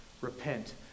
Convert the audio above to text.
repent